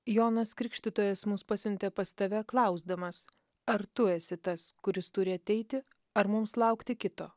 jonas krikštytojas mus pasiuntė pas tave klausdamas ar tu esi tas kuris turi ateiti ar mums laukti kito